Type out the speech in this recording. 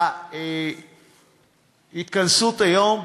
בהתכנסות היום.